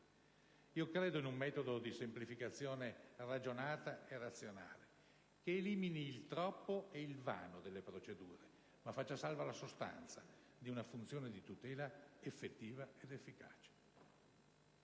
Io credo in un metodo di semplificazione ragionata e razionale, che elimini il troppo e il vano delle procedure, ma faccia salva la sostanza di una funzione di tutela effettiva ed efficace.